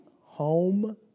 home